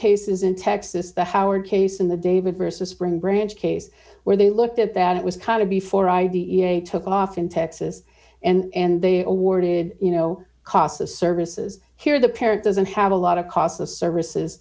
cases in texas the howard case in the david versus spring branch case where they looked at that it was kind of before i d e a took off in texas and they awarded you know casa services here the parent doesn't have a lot of casa services